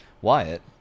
wyatt